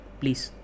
please